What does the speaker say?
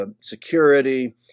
security